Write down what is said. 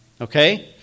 Okay